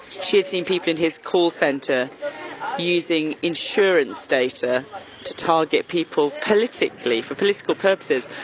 she had seen people in his call center using insurance data to target people politically for political purposes,